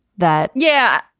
that, yeah,